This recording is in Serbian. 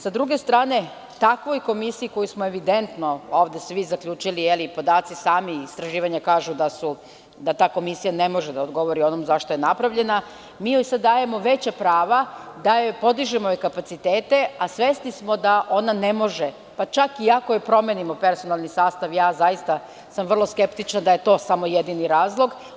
Sa druge strane, takvoj komisiji koju smo evidentno, ovde svi zaključili, podaci sami i istraživanja kažu da ta komisija ne može da odgovori onom za šta je napravljena, mi joj sada dajemo veća prava, podižemo joj kapacitete, a svesni smo da ona ne može, pa čak i ako je promenimo personalni sastav, zaista sam vrlo skeptična da je to samo jedini razlog.